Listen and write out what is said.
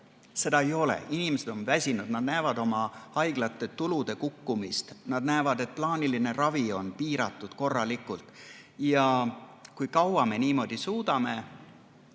Seda ei ole! Inimesed on väsinud, nad näevad oma haiglate tulude kukkumist, nad näevad, et plaaniline ravi on kõvasti piiratud. Kui kaua me niimoodi suudame?